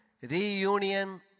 reunion